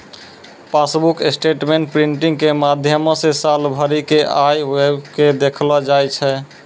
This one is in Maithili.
पासबुक स्टेटमेंट प्रिंटिंग के माध्यमो से साल भरि के आय व्यय के देखलो जाय छै